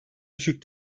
düşük